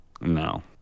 No